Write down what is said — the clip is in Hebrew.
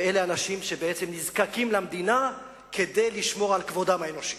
ואלה אנשים שבעצם נזקקים למדינה כדי לשמור על כבודם האנושי,